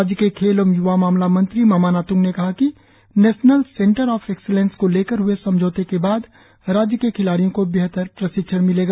राज्य के खेल एवं युवा मामला मंत्री मामा नातुंग ने कहा कि नेशनल सेंटर ऑफ एक्सलेंस को लेकर हुए समझौते के बाद राज्य के खिलाड़ियों को बेहतर प्रशिक्षण मिलेगा